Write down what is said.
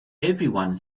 everyone